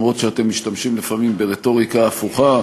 גם אם אתם משתמשים לפעמים ברטוריקה הפוכה,